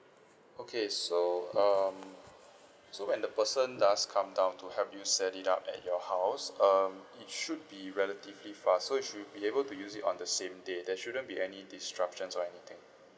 okay so um so when the person does come down to help you set it up at your house um it should be relatively fast so you should be able to use it on the same day there shouldn't be any disruptions or anything